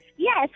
Yes